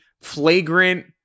flagrant